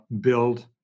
build